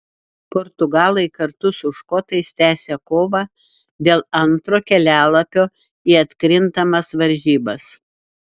portugalai kartu su škotais tęsią kovą dėl antro kelialapio į atkrintamas varžybas